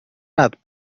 rád